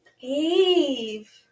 Eve